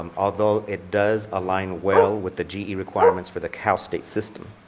um although it does align well with the ge requirements for the cal state system,